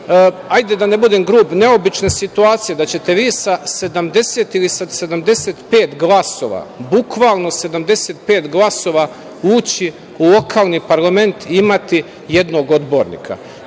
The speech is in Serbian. hajde da ne budem grub, neobične situacije da ćete vi sa 70 ili 75 glasova bukvalno, 75 glasova ući u lokalni parlament i imati jednog odbornika.